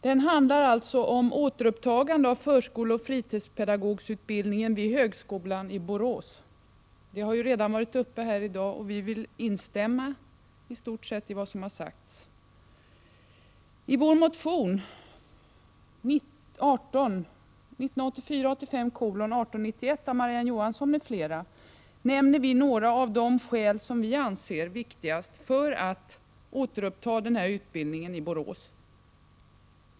Den handlar om återupptagande av förskolläraroch fritidspedagogutbildningen vid högskolan i Borås. Saken har redan varit uppe här i dag, och vi vill i stort sett instämma i det som har sagts. I vår motion 1984/85:1891 av Marie-Ann Johansson m.fl. nämner vi några av de skäl som vi anser vara viktigast för att återuppta den här utbildningen i Borås.